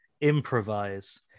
improvise